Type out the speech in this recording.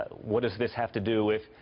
ah what does this have to do with